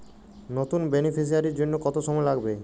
নতুন বেনিফিসিয়ারি জন্য কত সময় লাগবে?